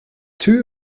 two